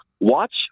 watch